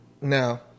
now